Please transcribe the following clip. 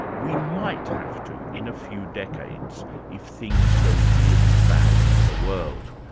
we might have to in a few decades if things go really badly for the world,